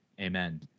Amen